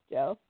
Joe